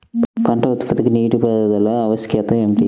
పంట ఉత్పత్తికి నీటిపారుదల ఆవశ్యకత ఏమిటీ?